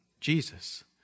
Jesus